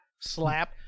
slap